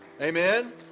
Amen